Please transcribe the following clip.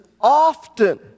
often